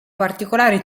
particolare